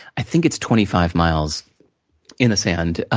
i think it's twenty five miles in the sand.